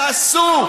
תעשו.